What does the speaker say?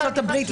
בריאותו,